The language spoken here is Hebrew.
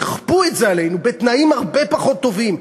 יכפו את זה עלינו בתנאים הרבה פחות טובים.